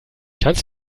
kannst